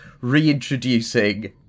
reintroducing